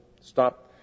Stop